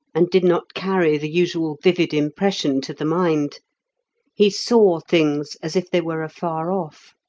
and did not carry the usual vivid impression to the mind he saw things as if they were afar off.